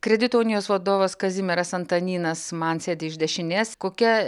kredito unijos vadovas kazimieras antanynas man sėdi iš dešinės kokia